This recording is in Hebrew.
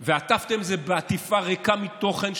בשיטור ועטפתם את זה בעטיפה ריקה מתוכן.